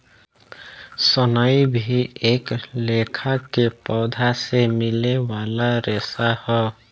सनई भी एक लेखा के पौधा से मिले वाला रेशा ह